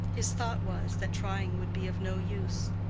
his thought was, that trying would be of no use.